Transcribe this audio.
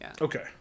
Okay